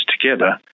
together